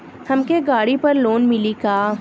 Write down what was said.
हमके गाड़ी पर लोन मिली का?